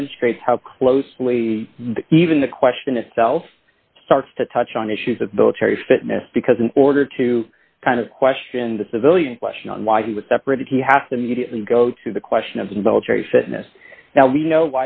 demonstrates how closely even the question itself starts to touch on issues of military fitness because in order to kind of question the civilian question on why he was separated you have to go to the question of the military fitness now we know